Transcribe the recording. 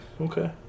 okay